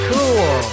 Cool